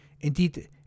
indeed